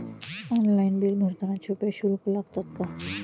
Online bill भरताना छुपे शुल्क लागतात का?